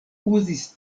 uzis